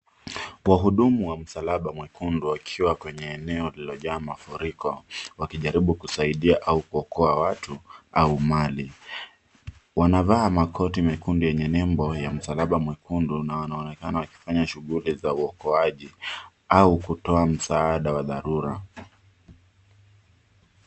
Wahudumu wa msalaba mwekundu wakiwa kwenye eneo lililojaa mafuriko wakijaribu kusaidia au kuokoa watu au mali. Wanavaa makoti mekundu yenye nembo ya msalaba mwekundu na wanaonekana wakifanya shughuli za uokoaji au kutoa msaada wa dharura.